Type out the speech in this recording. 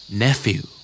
nephew